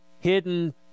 hidden